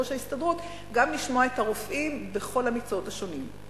ליושב-ראש ההסתדרות לשמוע את הרופאים בכל המקצועות השונים.